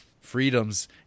freedoms